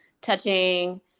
touching